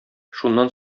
шуннан